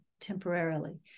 temporarily